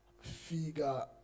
figure